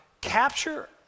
capture